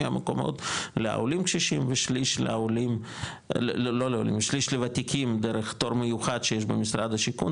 מהמקומות לעולים קשישים ושליש לוותיקים דרך תור מיוחד שיש במשרד השיכון,